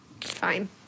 Fine